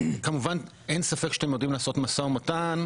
כמובן, אין ספק שאתם יודעים לעשות משא ומתן.